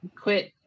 quit